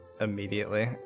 immediately